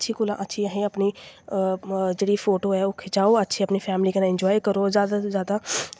अच्छी कोला असें अपनी जेह्ड़ी फोटो ऐ ओह् खचाओ अच्छी अपनी फैमली कन्नै इन्जाए करो जादा तों जादा